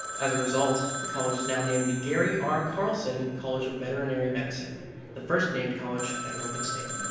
as a result, the college is now named the gary r. carlson college of veterinary medicine the first named college at oregon state.